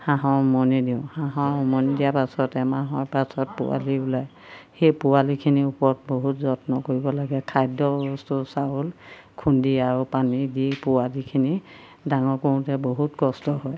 হাঁহৰ উমনি দিওঁ হাঁহৰ উমনি দিয়া পাছত এমাহৰ পাছত পোৱালি ওলায় সেই পোৱালিখিনিৰ ওপৰত বহুত যত্ন কৰিব লাগে খাদ্য বস্তু চাউল খুন্দি আৰু পানী দি পোৱালিখিনি ডাঙৰ কৰোঁতে বহুত কষ্ট হয়